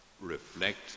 reflect